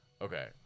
Okay